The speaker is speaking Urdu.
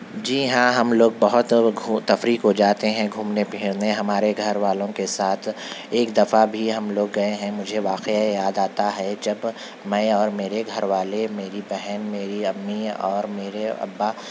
جی ہاں ہم لوگ بہت تفریح کو جاتے ہیں گھومنے پھرنے ہمارے گھر والوں کے ساتھ ایک دفعہ بھی ہم لوگ گئے ہیں مجھے واقعہ یاد آتا ہے جب میں اور میرے گھر والے میری بہن میری امی اور میرے ابا